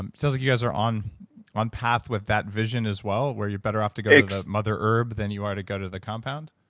and sounds like you guys are on on path with that vision as well where you're better off to go to mother herb than you are to go to the compound?